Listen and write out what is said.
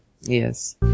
Yes